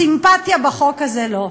סימפתיה בחוק הזה, לא.